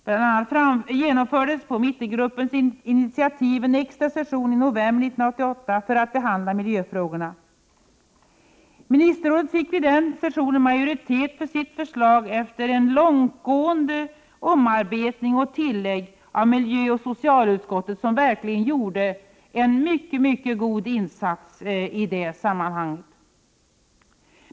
Bl.a. genomfördes på mittengruppens initiativ en extra session i november 1988 för att behandla miljöfrågorna. Ministerrådet fick vid den sessionen majoritet för sitt förslag efter långtgående omarbetning och tillägg av miljöoch socialutskottet, som verkligen gjorde en mycket god insats i det sammanhanget.